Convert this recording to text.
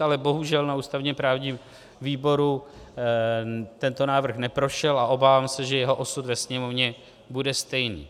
Ale bohužel na ústavněprávním výboru tento návrh neprošel a obávám se, že jeho osud ve Sněmovně bude stejný.